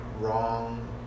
wrong